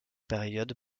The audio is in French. période